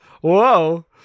Whoa